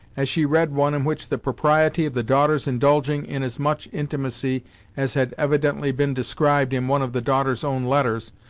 as she read one in which the propriety of the daughter's indulging in as much intimacy as had evidently been described in one of the daughter's own letters,